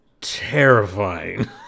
Terrifying